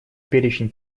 перечень